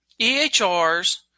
EHRs